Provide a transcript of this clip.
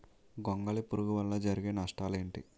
గొంగళి పురుగు వల్ల జరిగే నష్టాలేంటి?